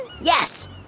Yes